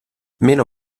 meno